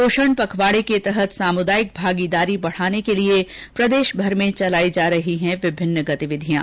पोषण पखवाड़े के तहत सामुदायिक भागीदारी बढ़ाने के लिए प्रदेशभर में चलायी जा रही है विभिन्न गतिविधियां